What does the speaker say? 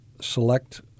select